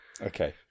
Okay